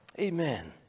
Amen